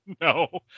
No